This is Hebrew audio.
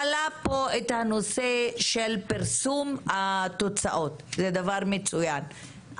עלה פה הנושא של פרסום התוצאות זה דבר מצוין,